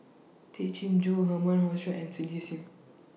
Tay Chin Joo Herman Hochstadt and Cindy SIM